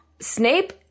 Snape